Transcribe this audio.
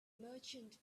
merchant